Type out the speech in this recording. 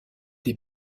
des